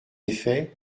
effets